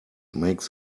make